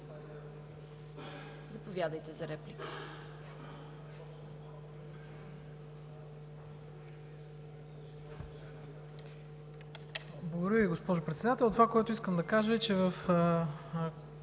Заповядайте за реплика.